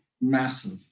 massive